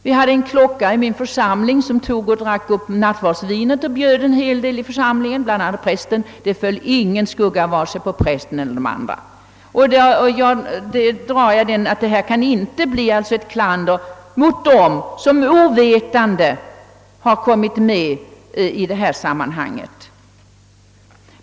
Vi hade en klockare i min församling som tog och drack upp nattvardsvinet och bjöd flera i församlingen, bl.a. prästen. Det föll ingen skugga på vare sig prästen eller de andra. Inte heller kan det i det nu aktuella fallet bli fråga om något klander mot dem som ovetande kommit med i sammanhanget.